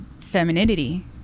femininity